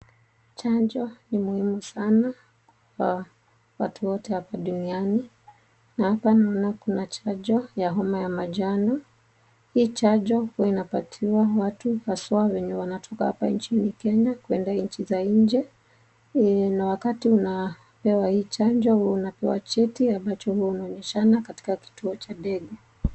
Chanjo ni muhimu sana kwa watu wote hapa duniani na hapa naona kuna chanjo ya homa ya manjano. Hii chanjo huwa inapatiwa watu haswa wenye wanatoka hapa nchini kenya kuenda nchi za inje na wakati unapewa hii chanjo huwa unapewa cheti ambacho huwa unaonyeshana katika kituo cha ndege.